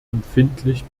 empfindlich